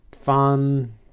fun